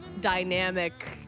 Dynamic